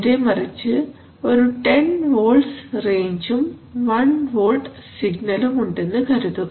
നേരെമറിച്ച് ഒരു 10 വോൾട്ട്സ് റേഞ്ചും 1 വോൾട്ട് സിഗ്നലും ഉണ്ടെന്നു കരുതുക